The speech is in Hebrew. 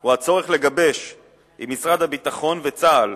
הוא הצורך לגבש עם משרד הביטחון וצה"ל,